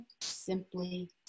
simply